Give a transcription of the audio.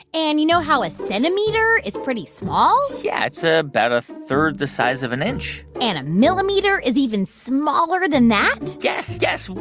and you know how a centimeter is pretty small? yeah, it's about ah but a third the size of an inch and a millimeter is even smaller than that? yes, yes.